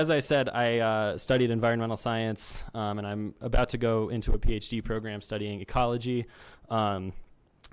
as i said i studied environmental science and i'm about to go into a ph d program studying ecology